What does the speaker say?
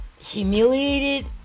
humiliated